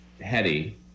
Hetty